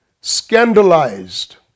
scandalized